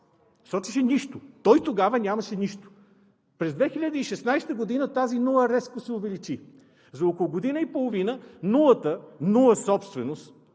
сочеше нищо. Той тогава нямаше нищо. През 2016 г. тази нула рязко се увеличи. За около година и половина нулата, нула собственост